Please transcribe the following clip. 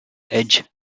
edge